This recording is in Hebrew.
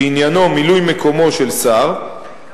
שעניינו מילוי מקומו של שר,